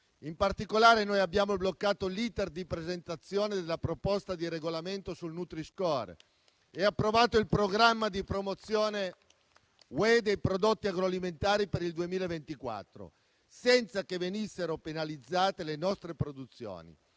In particolare, abbiamo bloccato l'*iter* di presentazione della proposta di regolamento sul nutri-score e approvato il programma di promozione europea dei prodotti agroalimentari per il 2024, senza che venissero penalizzate le nostre produzioni,